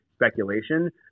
speculation